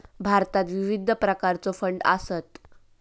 भारतात विविध प्रकारचो फंड आसत